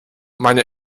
meine